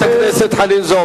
חברת הכנסת חנין זועבי,